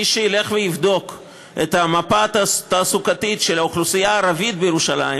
מי שילך ויבדוק את המפה התעסוקתית של האוכלוסייה הערבית בירושלים